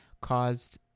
caused